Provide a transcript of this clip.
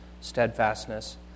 steadfastness